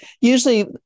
usually